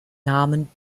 namen